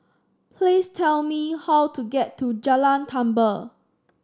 please tell me how to get to Jalan Tambur